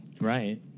Right